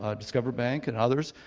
ah discover bank and others,